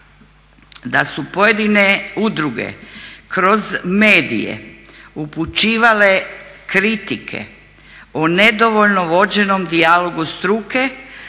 da su pojedine udruge kroz medije upućivale kritike o nedovoljno vođenom dijalogu struke,